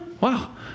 wow